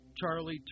Charlie